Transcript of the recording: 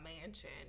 mansion